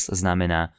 znamená